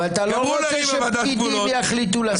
אבל אתה לא רוצה שפקידים יחליטו לשרים.